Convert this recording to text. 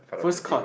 first card